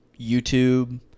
YouTube